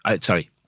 sorry